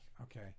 Okay